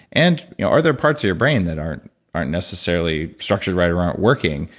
and are there parts of your brain that aren't aren't necessarily structured right around working,